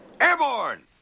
Airborne